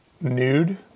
nude